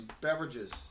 beverages